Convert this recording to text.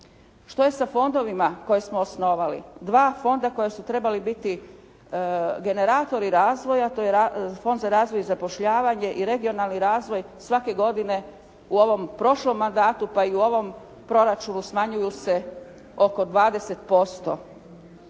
Što je sa fondovima koje smo osnovali? Dva fonda koji su trebali biti generatori razvoja, to je Fond za razvoj i zapošljavanje i regionalni razvoj svake godine u ovom prošlom mandatu pa i u ovom proračunu smanjuju se oko 20%.